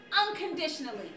unconditionally